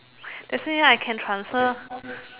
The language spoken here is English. that's mean I can transfer